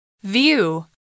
View